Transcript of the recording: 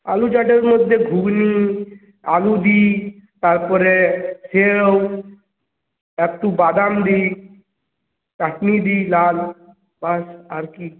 আলু চাটের মধ্যে ঘুগনি আলু দিই তারপরে সেউ একটু বাদাম দিই চাটনি দিই লাল ব্যস আর কি